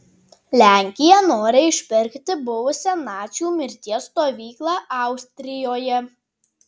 lenkija nori išpirkti buvusią nacių mirties stovyklą austrijoje